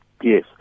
Yes